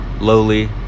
Lowly